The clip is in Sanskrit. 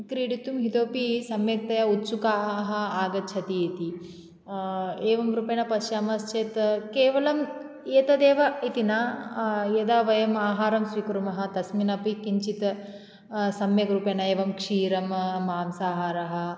क्रीडितुम् इतोऽपि सम्यक्तया उत्सुकाः आगच्छति इति एवं रूपेण पश्यामश्चेत् केवलम् एतदेव इति न यदा वयम् आहारं स्वीकुर्मः तस्मिन् अपि किञ्चित् सम्यग्रूपेण एवं क्षीरं मांसाहारः